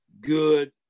good